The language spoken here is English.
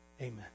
Amen